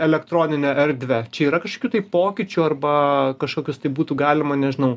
elektroninę erdvę čia yra kažkokių tai pokyčių arba kažkokius tai būtų galima nežinau